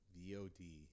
VOD